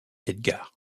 edgar